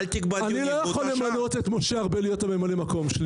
אני לא יכול למנות את משה ארבל להיות ממלא המקום שלי